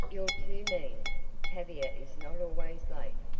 you're too mean tavia is not always late,